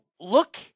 look